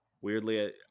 Weirdly